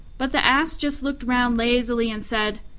but the ass just looked round lazily and said,